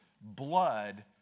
blood